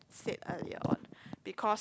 said earlier one because